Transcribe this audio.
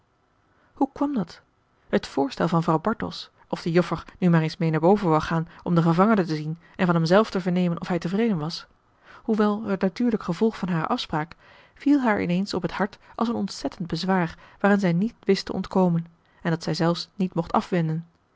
hoe kwam dat het voorstel van vrouw bartels of de joffer nu maar eens meê boven wou gaan om den gevangene te zien en van hem zelf te vernemen of hij tevreden was hoewel het natuurlijk gevolg van hare afspraak viel haar in eens op het hart als een ontzettend bezwaar waaraan zij niet wist te ontkomen en dat zij zelfs niet mocht afwenden